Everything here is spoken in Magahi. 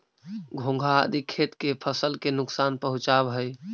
घोंघा आदि खेत के फसल के नुकसान पहुँचावऽ हई